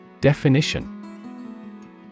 Definition